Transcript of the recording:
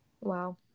Wow